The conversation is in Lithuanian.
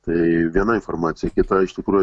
tai viena informacija kita iš tikrųjų